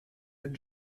and